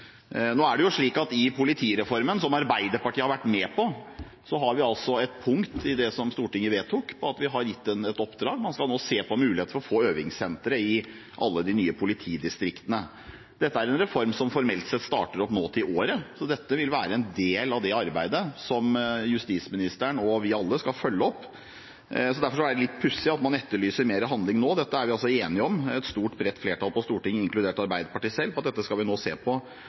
Nå er det jo slik at i politireformen – som Arbeiderpartiet har vært med på – har vi et punkt i det som Stortinget vedtok, om at vi har gitt dem et oppdrag. Man skal nå se på muligheten for å få øvingssentre i alle de nye politidistriktene. Dette er en reform som formelt sett starter opp nå til året, så dette vil være en del av det arbeidet som justisministeren og vi alle skal følge opp, derfor er det litt pussig at man etterlyser mer handling nå. Vi er jo enige om – et stort, bredt flertall på Stortinget, inkludert Arbeiderpartiet selv – at dette skal vi nå se på